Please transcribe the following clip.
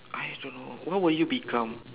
I don't know what will you become